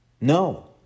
No